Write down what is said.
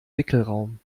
wickelraum